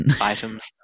items